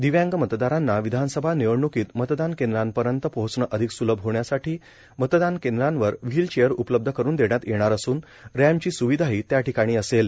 दिव्यांग मतदारांना विधानसभा निवडणूकीत मतदान केंद्रापर्यंत पोहोचण अधिक स्लभ होण्यासाठी मतदान केंद्रावर व्हीलचेअर उपलब्ध करून देण्यात येणार असुन रॅम्पची सुविधाही त्याठिकाणी असेल